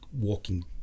walking